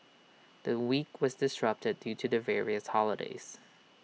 the week was disrupted due to the various holidays